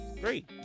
great